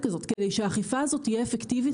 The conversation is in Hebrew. כזאת כדי שהאכיפה הזאת תהיה אפקטיבית.